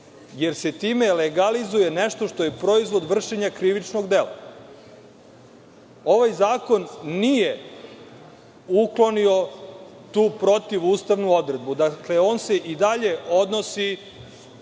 jer se time legalizuje nešto što je proizvod vršenja krivičnog dela. Ovaj zakon nije uklonio tu protivustavnu odredbu. Dakle, on se i dalje odnosi